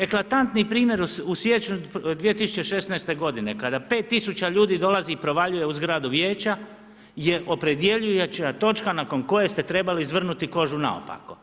Eklatantni primjer u siječnju 2016. godine kada 5000 ljudi dolazi i provaljuje u zgradu Vijeće je opredjeljujuća točka nakon koje ste trebali izvrnuti kožu naopako.